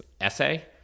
essay